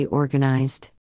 organized